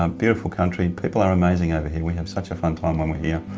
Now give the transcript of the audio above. um beautiful country people are amazing over here. we have such a fun time when we're here.